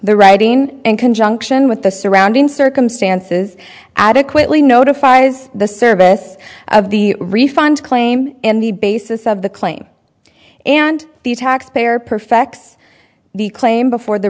the writing in conjunction with the surrounding circumstances adequately notifies the service of the refund claim and the basis of the claim and the taxpayer perfects the claim before the